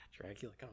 Dracula